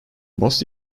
most